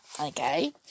okay